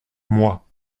moi